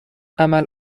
عمل